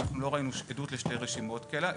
לא ראינו עדות לשתי רשימות כאלה,